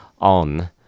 on